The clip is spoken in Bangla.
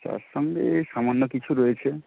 চার সঙ্গে এই সামান্য কিছু রয়েছে